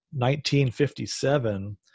1957